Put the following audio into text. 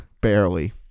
barely